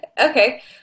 Okay